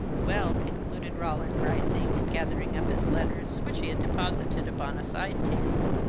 well, concluded roland, rising, and gathering up his letters, which he had deposited upon a side table,